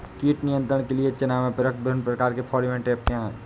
कीट नियंत्रण के लिए चना में प्रयुक्त विभिन्न प्रकार के फेरोमोन ट्रैप क्या है?